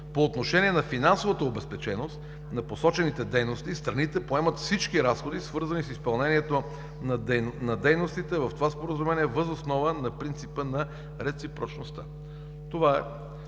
По отношение на финансовата обезпеченост на посочените дейности, страните поемат всички разходи, свързани с изпълнението на дейностите в това Споразумение въз основа на принципа на реципрочността. Това е